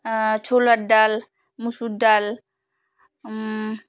ছোলার ডাল মুসুর ডাল